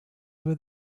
where